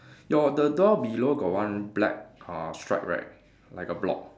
your the door below got one black uh stripe right like a block